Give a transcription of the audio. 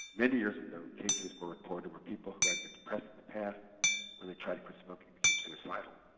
many years ago cases were reported where people who had been depressed in the past when they tried to quit smoking became suicidal